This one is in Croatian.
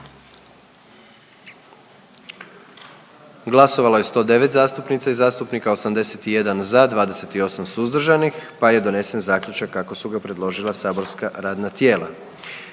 Glasovalo je 109 zastupnica i zastupnika, 106 za, 3 suzdržana i donesen zaključak kako ga je predložilo matično saborsko radno tijelo.